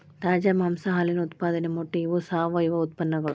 ತಾಜಾ ಮಾಂಸಾ ಹಾಲಿನ ಉತ್ಪಾದನೆ ಮೊಟ್ಟೆ ಇವ ಸಾವಯುವ ಉತ್ಪನ್ನಗಳು